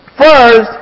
First